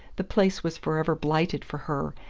the place was forever blighted for her,